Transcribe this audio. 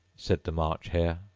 said the march hare.